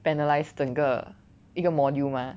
panelize 整个一个 module mah